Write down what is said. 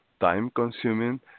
time-consuming